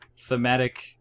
thematic